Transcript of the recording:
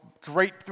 great